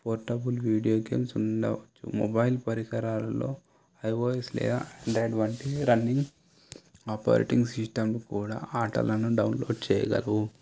portable video games ఉండవు mobile పరికరాల్లో iOS లేదా ఆపరేటింగ్ సిస్టం కూడా ఆటలను డౌన్లోడ్ చేయగలవు